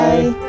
Bye